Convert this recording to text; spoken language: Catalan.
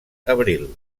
abril